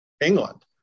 England